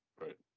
Right